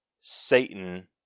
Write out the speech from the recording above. Satan